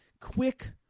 quick